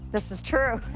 this is true.